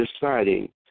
deciding